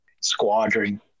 squadron